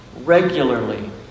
regularly